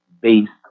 based